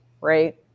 right